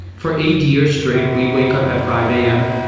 for eight years straight we woke up at five am,